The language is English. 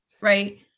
right